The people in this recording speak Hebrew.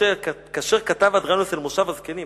כאשר כתב אדריינוס אל מושב הזקנים,